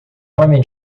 homem